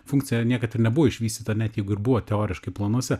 funkcija niekad ir nebuvo išvystyta net jeigu ir buvo teoriškai planuose